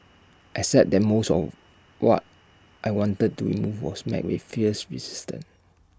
except that most of what I wanted to remove was met with fierce resistance